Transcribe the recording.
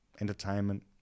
entertainment